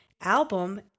album